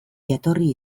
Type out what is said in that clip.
jatorri